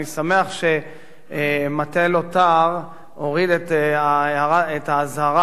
אני שמח שמטה לוט"ר הוריד את האזהרה,